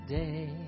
day